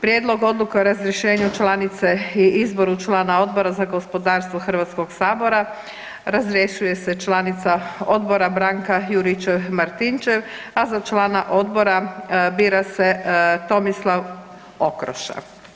Prijedlog odluke o razrješenju članice i izboru člana Odbor za gospodarstvo HS-a, razrješuje se članica odbora Branka Juričev Martinčev, a za člana odbora bira se Tomislav Okroša.